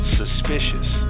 suspicious